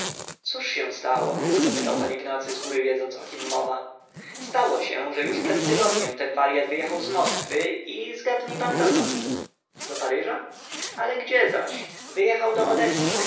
cóż się stało zapytał pan ignacy zgóry wiedząc o kim mowa stało się że już przed tygodniem ten waryat wyjechał z moskwy i zgadnij pan dokąd do paryża ale gdzie zaś wyjechał do odessy